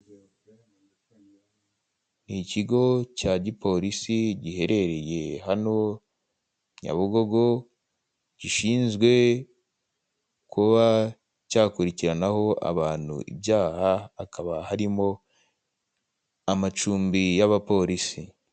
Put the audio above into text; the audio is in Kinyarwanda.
Ikigo cya Polisi giherereye Nyabugogo, kikaba kibamo abapolisi. Imbere yacyo bahagaze imodoko, ndetse hino yacyo hateye ibiti.